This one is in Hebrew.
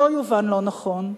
שלא יובן לא נכון,